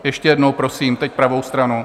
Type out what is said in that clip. Ještě jednou, prosím teď pravou stranu.